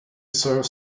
serve